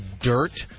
dirt